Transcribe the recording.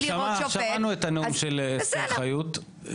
לראות שופט --- שמענו את הנאום של אסתר חיות,